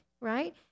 right